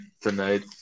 tonight